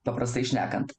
paprastai šnekant